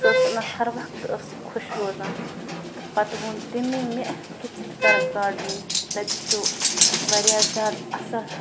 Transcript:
سۄ ٲس وَنان ہر وَقتہٕ ٲس سُہ خوش روزان تہٕ پَتہٕ ووٚن تٔمی مےٚ کہِ ژٕ تہِ کَرکھ گاڈنِنٛگ تَتہِ چھُ واریاہ زیادٕ اَصٕل